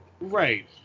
Right